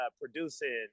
producing